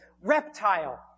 reptile